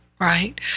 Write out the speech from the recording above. right